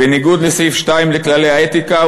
בניגוד לסעיף 2 לכללי האתיקה,